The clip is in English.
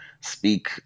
speak